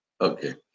Okay